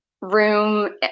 room